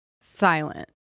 silent